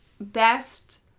best